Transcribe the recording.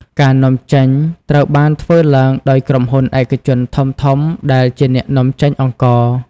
ការនាំចេញត្រូវបានធ្វើឡើងដោយក្រុមហ៊ុនឯកជនធំៗដែលជាអ្នកនាំចេញអង្ករ។